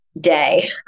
day